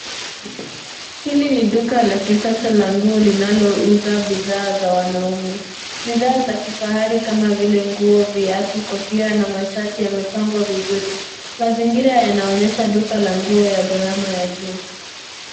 Hili ni duka la kisasa la nguo linalouza bidhaa za wanaume. Bidhaa za kifahari kama vile nguo, viatu, kofia na mashati zimepangwa vizuri. Baadhi ya mabango yanaonyesha duka la nguo la gharama ya juu.